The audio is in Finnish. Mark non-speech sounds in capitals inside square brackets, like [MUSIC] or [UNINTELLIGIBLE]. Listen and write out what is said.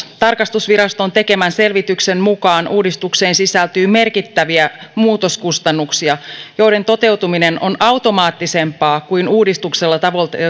[UNINTELLIGIBLE] tarkastusviraston tekemän selvityksen mukaan uudistukseen sisältyy merkittäviä muutoskustannuksia joiden toteutuminen on automaattisempaa kuin uudistuksella